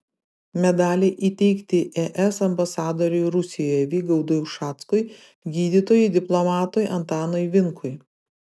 medaliai įteikti es ambasadoriui rusijoje vygaudui ušackui gydytojui diplomatui antanui vinkui